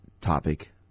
topic